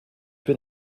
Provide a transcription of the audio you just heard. bin